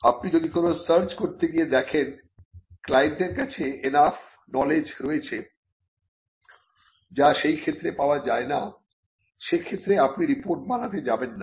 আপনি যদি কোন সার্চ করতে গিয়ে দেখেন ক্লায়েন্টের কাছে এনাফ নলেজ রয়েছে যা সেই ক্ষেত্রে পাওয়া যায় না সে ক্ষেত্রে আপনি রিপোর্ট বানাতে যাবেন না